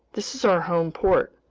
this is our home port,